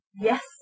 Yes